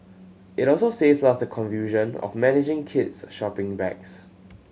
it also saves us the confusion of managing kids shopping bags